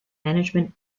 management